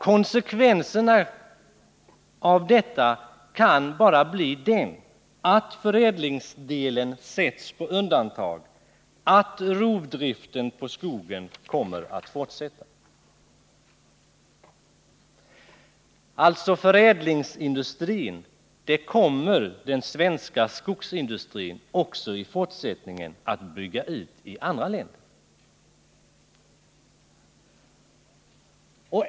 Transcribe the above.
Konsekvenserna av detta kan bara bli att förädlingsdelen sätts på undantag, att rovdriften på skogen kommer att fortsätta. Förädlingsindustrin kommer alltså den svenska skogsindustrin också i fortsättningen att bygga ut i andra länder.